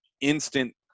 instant